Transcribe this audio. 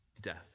Death